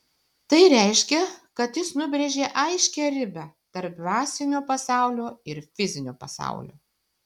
tai reiškia kad jis nubrėžia aiškią ribą tarp dvasinio pasaulio ir fizinio pasaulio